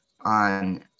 on